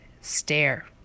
Stare